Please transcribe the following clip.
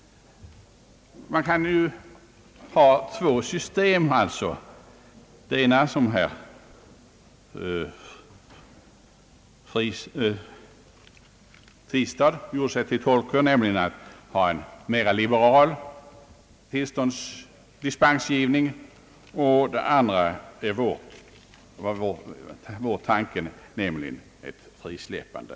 Två olika anordningar kan alltså nu tillämpas. De ena är det som herr Tistad gjorde sig till tolk för, nämligen att ha en efterhand alltmera liberal dispensgivning, och det andra är det system vi har tänkt oss, nämligen ett frisläppande.